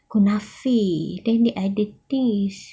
kunafe then dia ada taste